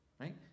right